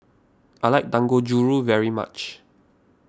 I like Dangojiru very much